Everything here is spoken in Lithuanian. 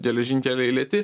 geležinkeliai lėti